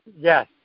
Yes